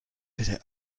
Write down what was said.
bitte